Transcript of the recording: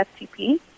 FTP